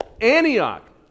Antioch